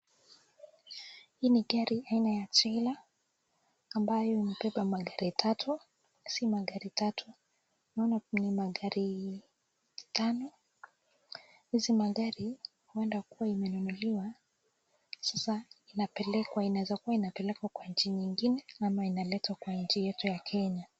Hii ni gari aina ya trela ambayo imebeba gari tatu, si magari tatu, naona huko nyuma gari tano. Hizi magari huenda kuwa imenunuliwa. Sasa inapelekwa, inaeza kuwa kwa nchi nyingine ama inaletwa kwa nchi yetu ya Kenya.